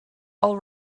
all